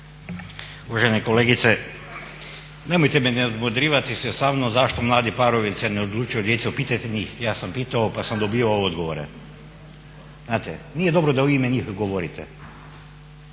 Uvažena kolegice, nemojte se nadmudrivati sa mnom zašto mladi parovi se ne odlučuju za djecu, pitajte njih. Ja sam pitao pa sam dobio odgovore, znate. Nije dobro da u ime njih govorite.